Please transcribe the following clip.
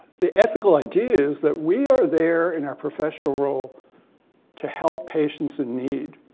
the ethical idea is that we are there in our professional role to help patients in need.